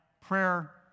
prayer